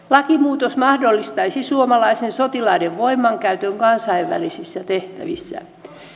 lakimuutos mahdollistaisi suomalaisten sotilaiden voimankäytön kansainvälisissä tehtävissä